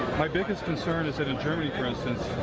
my biggest concern is that in germany, for instance,